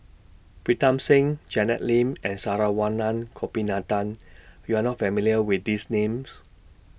Pritam Singh Janet Lim and Saravanan Gopinathan YOU Are not familiar with These Names